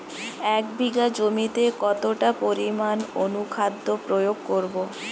এক বিঘা জমিতে কতটা পরিমাণ অনুখাদ্য প্রয়োগ করব?